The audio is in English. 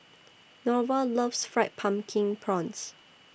Norval loves Fried Pumpkin Prawns